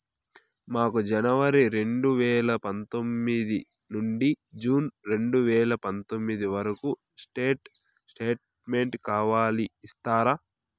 మాకు జనవరి రెండు వేల పందొమ్మిది నుండి జూన్ రెండు వేల పందొమ్మిది వరకు స్టేట్ స్టేట్మెంట్ కావాలి ఇస్తారా